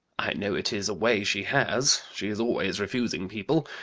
i know it is a way she has she is always refusing people.